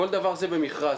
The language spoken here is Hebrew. כל דבר הוא במכרז.